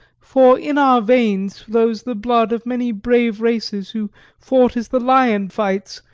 for in our veins flows the blood of many brave races who fought as the lion fights,